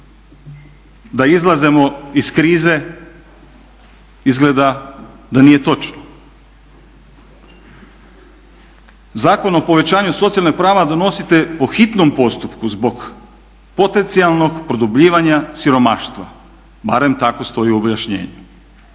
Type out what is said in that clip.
da izlazimo iz krize izgleda da nije točno. Zakon o povećanju socijalnih prava donosite po hitnom postupku zbog potencijalnog produbljivanja siromaštva barem tako stoji u objašnjenju.